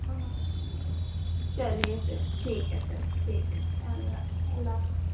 ہاں چلیے پھر ٹھیک ہے سر ٹھیک ہے اللہ اللہ حافظ